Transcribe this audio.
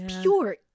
pure